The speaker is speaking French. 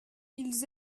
ils